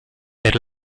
per